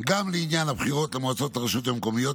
גם לעניין הבחירות למועצות ולרשויות המקומיות